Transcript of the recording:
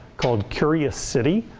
called curious cities.